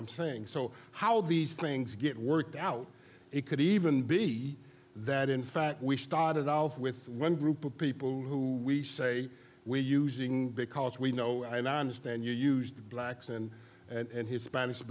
i'm saying so how these things get worked out it could even be that in fact we started off with one group of people who we say we're using because we know and i understand you're used to blacks and and hispanics